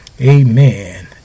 Amen